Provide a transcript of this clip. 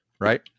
right